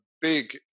big